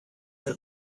der